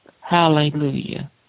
Hallelujah